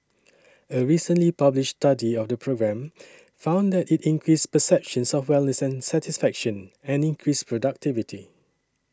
a recently published study of the program found that it increased perceptions of wellness and satisfaction and increased productivity